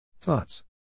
Thoughts